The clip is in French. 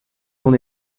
ton